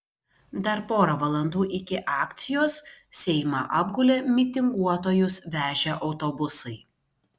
dar pora valandų iki akcijos seimą apgulė mitinguotojus vežę autobusai